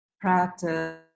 practice